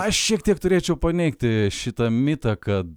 aš šiek tiek turėčiau paneigti šitą mitą kad